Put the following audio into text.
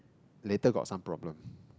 later got some problem